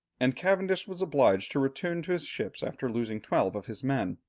and cavendish was obliged to return to his ships after losing twelve of his men.